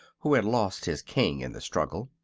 who had lost his king in the struggle.